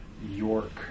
York